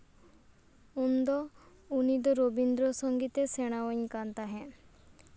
ᱤᱧ ᱫᱚ ᱩᱱᱤ ᱫᱚ ᱨᱚᱵᱤᱱᱫᱨᱚ ᱥᱚᱝᱜᱤᱛᱮᱭ ᱥᱮᱬᱟᱣᱟᱹᱧ ᱠᱟᱱ ᱛᱟᱦᱮᱫ